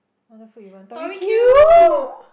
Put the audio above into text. what other food you want Tori-Q